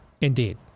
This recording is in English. indeed